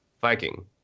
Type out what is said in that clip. Viking